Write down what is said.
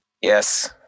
yes